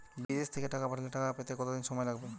বিদেশ থেকে টাকা পাঠালে টাকা পেতে কদিন সময় লাগবে?